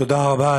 תודה רבה,